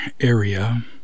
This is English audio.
area